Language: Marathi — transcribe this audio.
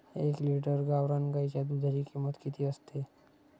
एक लिटर गावरान गाईच्या दुधाची किंमत किती असते?